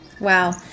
Wow